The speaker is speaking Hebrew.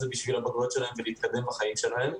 זה בשביל הבגרויות שלהם ולהתקדם בחיים שלהם.